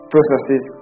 processes